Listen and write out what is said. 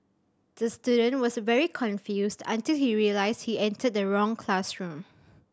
the student was very confused until he realised he entered the wrong classroom